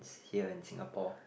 here in Singapore